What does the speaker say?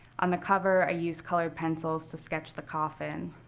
on the cover, i used colored pencils to sketch the coffin,